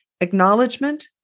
acknowledgement